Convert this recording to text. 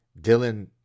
Dylan